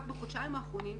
רק בחודשיים האחרונים,